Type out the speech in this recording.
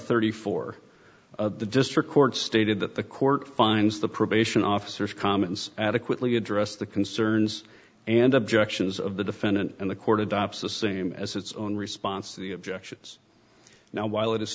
thirty four the district court stated that the court finds the probation officers comments adequately addressed the concerns and objections of the defendant and the court adopts the same as its own response to the objections now while it is